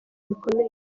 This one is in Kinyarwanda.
bikomeye